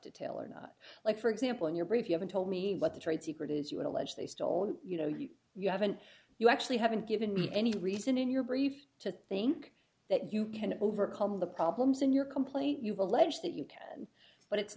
detail or not like for example in your brief you haven't told me what the trade secret is you allege they still you know if you haven't you actually haven't given me any reason in your brief to think that you can overcome the problems in your complaint you allege that you can but it's